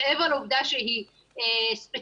מעבר לעובדה שהיא ספציפית,